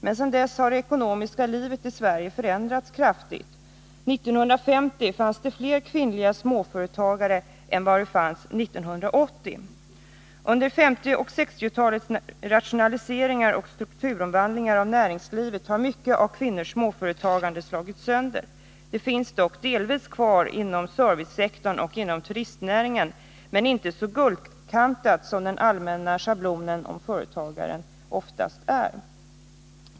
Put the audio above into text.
Men sedan dess har det ekonomiska livet i Sverige förändrats kraftigt. År 1950 fanns det fler kvinnliga småföretagare än vad det finns 1980. Under 1950 och 1960-talens rationaliseringar och strukturomvandlingar inom näringslivet har mycket av kvinnors småföretagande slagits sönder. Det finns dock delvis kvar inom servicesektorn och inom turistnäringen, men det är inte guldkantat på ett sätt som motsvarar schablonföreställningen om företagare.